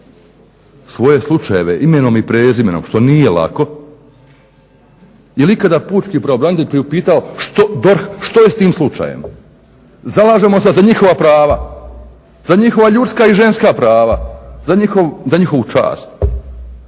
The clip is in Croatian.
svoje slučajeve imenom i prezimenom što nije lako. Jel ikada pučki pravobranitelj priupitao DORH što je s tim slučajem. Zalažemo se za njihova prava, za njihova ljudska i ženska prava, za njihovu čast.